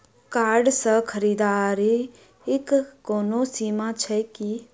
Card सँ खरीददारीक कोनो सीमा छैक की?